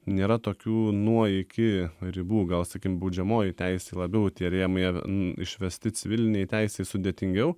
nėra tokių nuo iki ribų gal sakykim baudžiamoji teisė labiau tie rėmai išvesti civilinėj teisėj sudėtingiau